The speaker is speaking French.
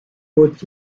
faut